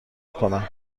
کنم